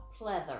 pleather